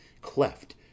Cleft